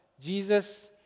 Jesus